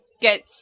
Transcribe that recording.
get